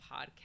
podcast